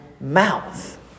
mouth